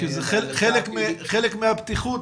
כי זה חלק מהבטיחות,